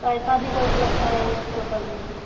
पैसा भी बहुत लगता है इस होटल में